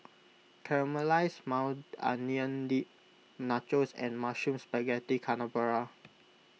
Caramelized Maui Onion Dip Nachos and Mushroom Spaghetti Carbonara